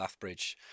Lathbridge